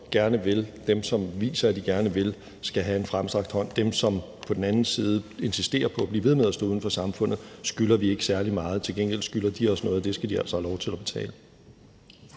og som viser, at de gerne vil, skal have en fremstrakt hånd. Dem, som på den anden side insisterer på at blive ved med at stå uden for samfundet, skylder vi ikke særlig meget. Til gengæld skylder de os noget, og det skal de altså have lov til at betale.